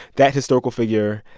that historical figure,